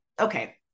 okay